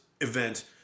event